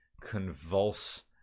convulse